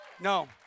No